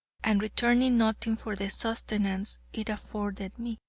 and returning nothing for the sustenance it afforded me.